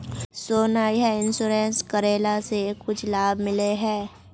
सोना यह इंश्योरेंस करेला से कुछ लाभ मिले है?